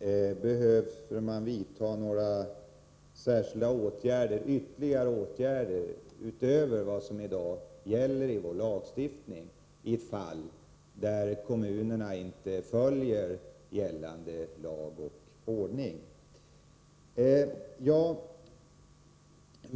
man behöver vidta några ytterligare åtgärder när det gäller lagstiftningen i fall där kommunerna inte följer gällande lag och ordning.